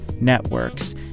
networks